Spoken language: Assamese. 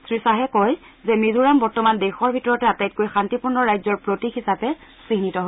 শ্ৰী শ্বাহে কয় যে মিজোৰাম বৰ্তমান দেশৰ ভিতৰতে আটাইতকৈ শান্তিপূৰ্ণ ৰাজ্যৰ প্ৰতীক হিচাপে চিহ্নিত হৈছে